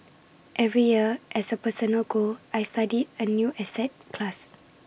every year as A personal goal I study A new asset class